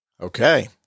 Okay